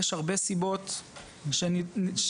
יש הרבה סיבות שהוצעו.